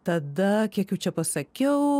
tada kiek jų čia pasakiau